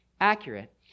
accurate